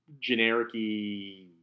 generic-y